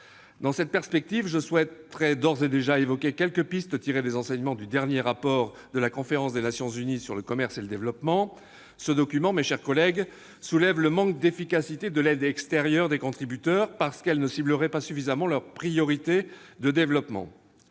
Dans cette perspective, je souhaite d'ores et déjà évoquer quelques pistes tirées des enseignements du dernier rapport de la conférence des Nations unies sur le commerce et le développement. Ce document, mes chers collègues, soulève le manque d'efficacité de l'aide extérieure des contributeurs, qui ne ciblerait pas suffisamment leurs priorités de développement.